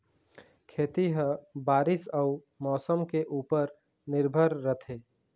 खेती ह बारीस अऊ मौसम के ऊपर निर्भर रथे